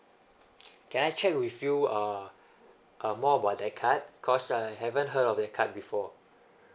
can I check with you uh more about that card cos I haven't heard of that card before